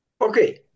Okay